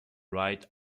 right